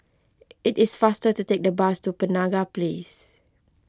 it is faster to take the bus to Penaga Place